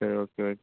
சரி ஓகே வை